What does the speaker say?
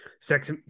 Sex